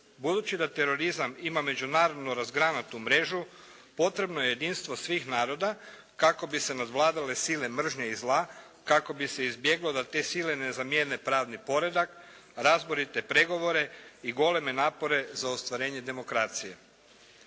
Budući da terorizam ima međunarodno razgranatu mrežu potrebno je jedinstvo svih naroda kako bi se nadvladale sile mržnje i zla kako bi se izbjeglo da te sile ne zamijene pravni poredak, razborite pregovore i goleme napore za ostvarenje demokracije.